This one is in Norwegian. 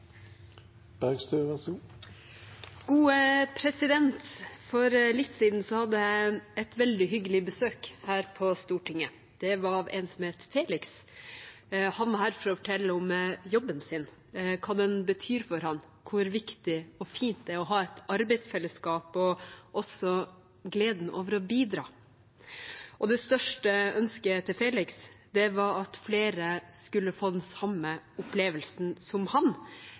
For litt siden hadde jeg et veldig hyggelig besøk her på Stortinget. Det var av en som het Felix. Han var her for å fortelle om jobben sin, hva den betyr for ham, hvor viktig og fint det er å ha et arbeidsfellesskap og også om gleden over å bidra. Det største ønsket til Felix var at flere skulle få den samme opplevelsen som